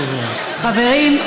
חברים.